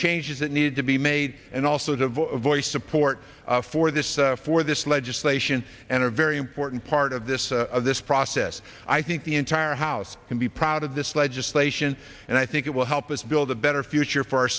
changes that need to be made and also to voice support for this for this legislation and a very important part of this of this process i think the entire house can be proud of this legislation and i think it will help us build a better future for our